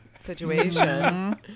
situation